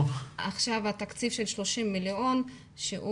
התקציב של 30 מיליון שקלים,